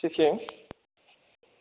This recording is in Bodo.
थिबसे